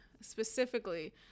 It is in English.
specifically